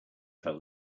fell